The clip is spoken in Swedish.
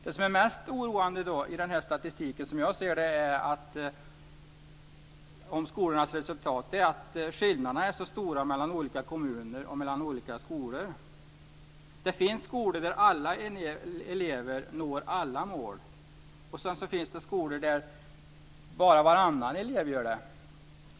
Det som är mest oroande i dag i den här statistiken om skolornas resultat är att skillnaderna är så stora mellan olika kommuner och mellan olika skolor. Det finns skolor där alla elever når alla mål och skolor där bara varannan elev gör det.